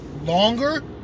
longer